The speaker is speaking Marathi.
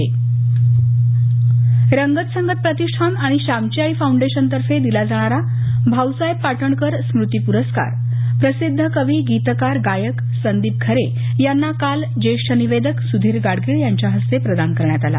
पाटणकर परस्कार रंगत संगत प्रतिष्ठान आणि श्यामची आई फाउंडेशनतर्फे दिला जाणारा भाऊसाहेब पाटणकर स्मृती प्रस्कार प्रसिद्ध कवी गीतकार गायक संदीप खरे यांना काल ज्येष्ठ निवेदक सुधीर गाडगीळ यांच्या हस्ते प्रदान करण्यात आला